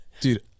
Dude